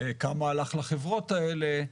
כמה הלך לחברות האלה?